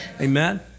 Amen